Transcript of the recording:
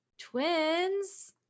twins